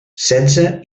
setze